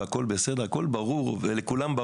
העסק נבדק והכול ברור לכולם.